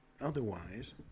otherwise